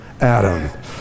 Adam